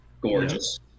Gorgeous